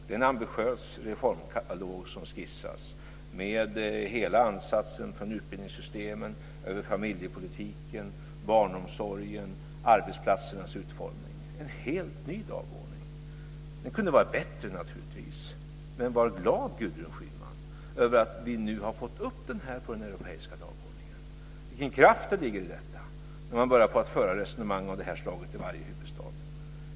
Det är en ambitiös reformkatalog som skissas, med hela ansatsen från utbildningssystemen över familjepolitiken, barnomsorgen, arbetsplatsernas utformning osv. Det är en helt ny dagordning. Den kunde ha varit bättre. Men var glad, Gudrun Schyman, att vi nu har fått upp frågan på den europeiska dagordningen. Vilken kraft det ligger i det, när man börjar föra resonemang av detta slag i varje huvudstad.